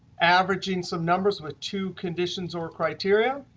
averaging some numbers with two conditions or criteria.